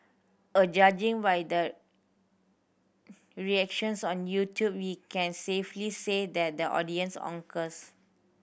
a judging by the reactions on YouTube we can safely say that the audience concurs